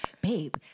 babe